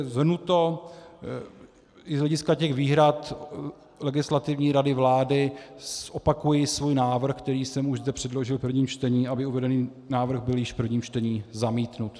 Shrnuto i z hlediska výhrad Legislativní rady vlády opakuji svůj návrh, který jsem zde už předložil v prvním čtení, aby uvedený návrh byl již v prvním čtení zamítnut.